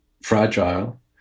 fragile